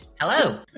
Hello